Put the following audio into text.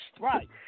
Right